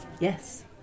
Yes